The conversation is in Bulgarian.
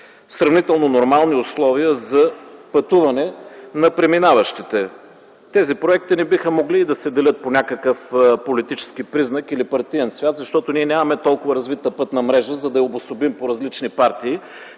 сравнително нормални условия за пътуване на преминаващите. Тези проекти не биха могли да се делят по някакъв политически признак или партиен цвят, защото ние нямаме толкова развита пътна мрежа, за да я обособим по различни партии.